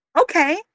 Okay